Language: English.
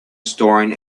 storing